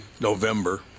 November